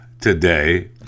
Today